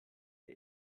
der